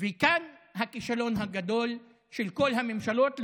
וכאן הכישלון הגדול של כל הממשלות,